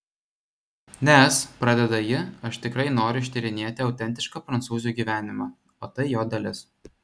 nes pradeda ji aš tikrai noriu ištyrinėti autentišką prancūzių gyvenimą o tai jo dalis